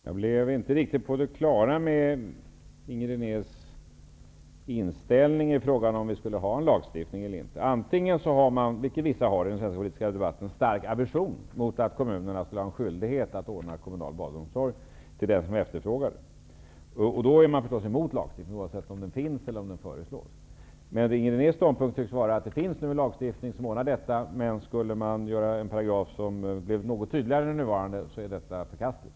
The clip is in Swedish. Herr talman! Jag blev inte riktigt på det klara med Inger Renés inställning i frågan om vi skulle ha en lagstiftning eller inte. Har man -- vilket vissa i den svenska politiska debatten har -- en stark aversion mot att kommunerna skulle ha skyldighet att ordna kommunal barnomsorg åt den som efterfrågar det är man naturligtvis emot en lagstiftning oavsett om den finns eller om den föreslås. Men Inger Renés ståndpunkt tycks vara att det nu finns en lagstiftning som stadgar detta, men skulle man göra en paragraf som blev något tydligare än den nuvarande vore det förkastligt.